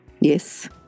Yes